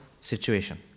situation